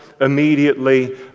immediately